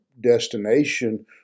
destination